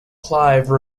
clive